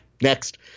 Next